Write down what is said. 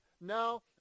now